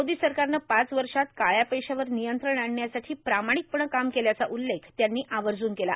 मोदी सरकारनं पाच वर्षात काळ्या पैशावर नियंत्रण आणण्यासाठी प्रामाणिकपणं काम केल्याचा उल्लेख त्यांनी आवर्जुन केला